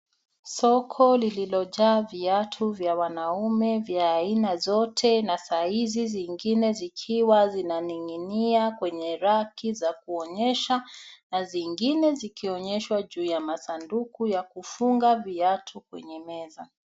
Soko lililojaa viatu vya wanaume vya aina zote na saizi zingine zikiwa zinaning'inia kwenye raki za kuonyesha na zingine zikionyeshwa juu ya masanduku ya kufunga viatu kwenye meza.